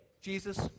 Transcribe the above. Jesus